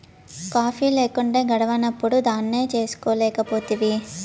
coffee లేకుంటే గడవనప్పుడు దాన్నే చేసుకోలేకపోతివి